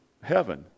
heaven